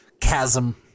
chasm